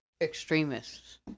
Extremists